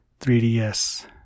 3DS